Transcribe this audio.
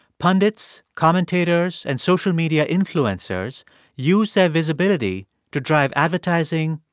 pundits, commentators and social media influencers use their visibility to drive advertising,